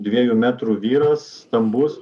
dviejų metrų vyras stambus